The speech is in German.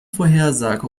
vorhersage